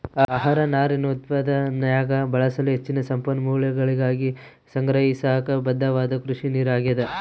ಆಹಾರ ನಾರಿನ ಉತ್ಪಾದನ್ಯಾಗ ಬಳಸಲು ಹೆಚ್ಚಿನ ಸಂಪನ್ಮೂಲಗಳಿಗಾಗಿ ಸಂಗ್ರಹಿಸಾಕ ಬದ್ಧವಾದ ಕೃಷಿನೀರು ಆಗ್ಯಾದ